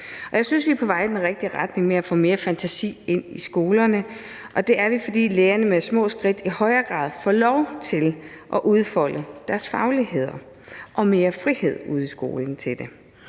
jeg synes, vi er på vej i den rigtige retning med at få mere fantasi ind i skolerne, og det er, fordi lærerne med små skridt i højere grad får lov til at udfolde deres fagligheder og får mere frihed ude i skolen til det.